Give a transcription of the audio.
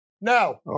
Now